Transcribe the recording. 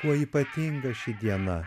kuo ypatinga ši diena